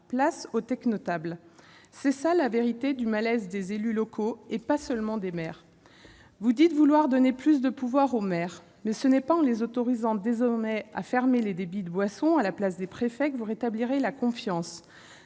Place aux « technotables »! Telle est la vérité du malaise des élus locaux, et pas seulement des maires. Vous dites vouloir donner plus de pouvoirs aux maires, mais ce n'est pas en les autorisant à fermer les débits de boissons à la place des préfets que vous rétablirez la confiance.